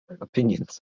opinions